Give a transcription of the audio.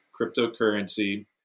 cryptocurrency